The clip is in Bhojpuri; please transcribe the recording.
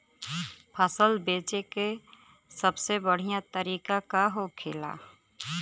फसल बेचे का सबसे बढ़ियां तरीका का होखेला?